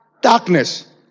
darkness